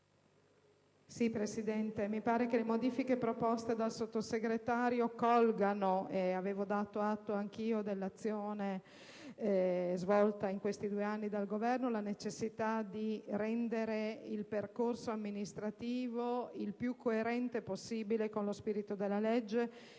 Presidente: mi pare che le modifiche proposte dal Sottosegretario colgano - avevo dato atto anche io dell'azione svolta in questi due anni dal Governo - la necessità di rendere il percorso amministrativo il più coerente possibile con lo spirito della legge.